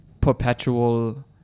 perpetual